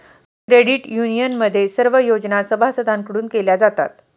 credit युनियनमध्ये सर्व योजना सभासदांकडून केल्या जातात